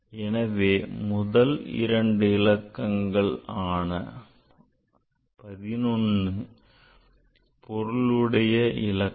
எனவே முதல் இரண்டு இலக்கங்கள் ஆன 11 பொருளுடைய இலக்கம்